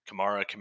Kamara